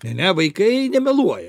ne ne vaikai nemeluoja